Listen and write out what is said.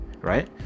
right